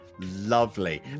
lovely